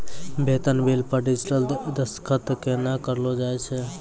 बेतन बिल पर डिजिटल दसखत केना करलो जाय छै?